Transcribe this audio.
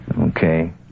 Okay